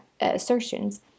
assertions